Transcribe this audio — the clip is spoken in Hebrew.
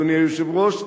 אדוני היושב-ראש,